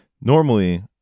normally